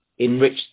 enrich